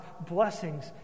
blessings